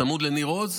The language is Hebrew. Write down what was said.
צמוד לניר עוז,